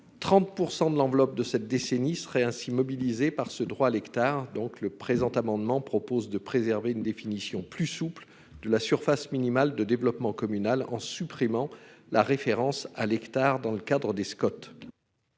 30 % de l'enveloppe de cette décennie serait ainsi mobilisée par ce droit à l'hectare. Le présent amendement vise donc à préserver une définition plus souple de la surface minimale de développement communal, en supprimant la référence à l'hectare dans le cadre des Scot.